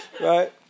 Right